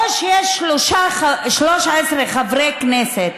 או ש-13 חברי כנסת,